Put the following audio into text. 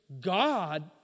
God